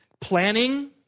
planning